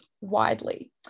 widely